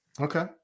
Okay